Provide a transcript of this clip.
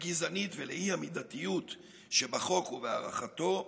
הגזענית ולאי-מידתיות שבחוק ובהארכתו,